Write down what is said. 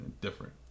different